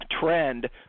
trend